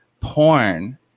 porn